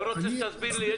לא רוצה שתסביר לי.